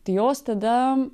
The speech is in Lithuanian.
tai jos tada